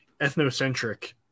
ethnocentric